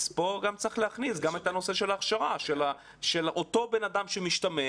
אז פה צריך להכניס גם את נושא ההכשרה של אותו בן אדם שמשתמש,